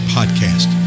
Podcast